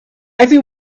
every